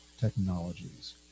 Technologies